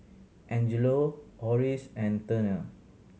Angelo Oris and Turner